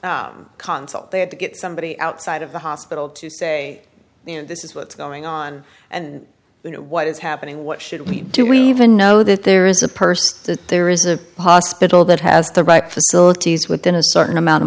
concept they had to get somebody outside of the hospital to say you know this is what's going on and you know what is happening what should we do we even know that there is a person that there is a hospital that has the right facilities within a certain amount of